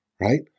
right